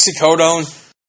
oxycodone